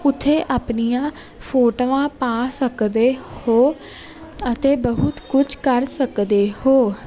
ਉੱਥੇ ਆਪਣੀਆਂ ਫੋਟੋਆਂ ਪਾ ਸਕਦੇ ਹੋ ਅਤੇ ਬਹੁਤ ਕੁਛ ਕਰ ਸਕਦੇ ਹੋ